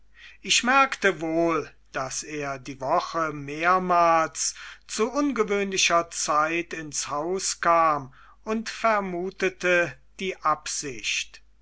ich merkte wohl daß er die woche mehrmals zu ungewöhnlicher zeit ins haus kam und vermutete die absicht